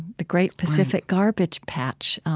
the great pacific garbage patch.